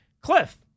Cliff